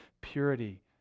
purity